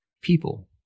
People